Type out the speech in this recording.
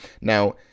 now